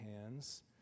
hands